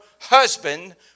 husband